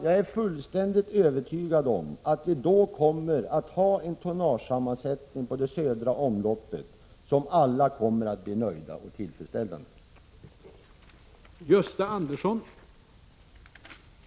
Jag är fullständigt övertygad om att vi då kommer att ha en tonnagesammansättning på det södra omloppet som alla kommer att vara nöjda och tillfredsställda med.